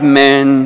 men